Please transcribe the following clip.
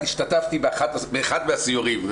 השתתפתי באחד מהסיורים.